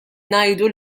ngħidu